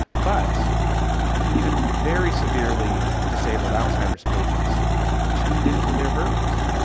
but even very severely disabled alzheimer's patients tuned in to their birds.